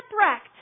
shipwrecked